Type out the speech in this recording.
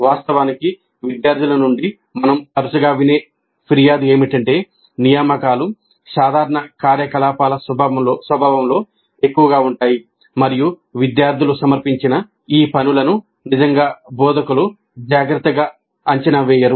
వాస్తవానికి విద్యార్థుల నుండి మనం తరచుగా వినే ఫిర్యాదు ఏమిటంటే నియామకాలు సాధారణ కార్యకలాపాల స్వభావంలో ఎక్కువగా ఉంటాయి మరియు విద్యార్థులు సమర్పించిన ఈ పనులను నిజంగా బోధకులు జాగ్రత్తగా అంచనా వేయరు